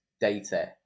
data